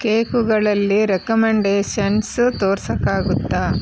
ಕೇಕುಗಳಲ್ಲಿ recommendations ತೋರಿಸೋಕ್ಕಾಗುತ್ತಾ